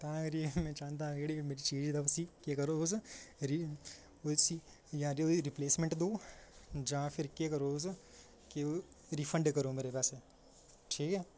तां करियै में चाहंदा कि जेह्ड़ी मेरी चीज उस तुस जां ते फिर रिप्लेसमेंट करी ओड़ो ते जां तुस केह् करो रिफंड करो मेरे पैसे ठीक ऐ